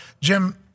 Jim